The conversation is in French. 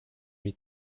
lui